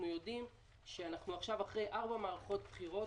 יודעים שאנחנו עכשיו אחרי ארבע מערכות בחירות,